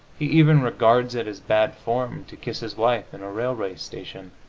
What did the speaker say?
he even regards it as bad form to kiss his wife in a railway station,